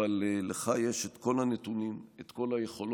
אבל לך יש את כל הנתונים, את כל היכולות,